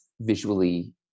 visually